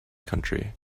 country